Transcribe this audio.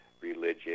religion